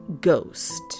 ghost